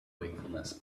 wakefulness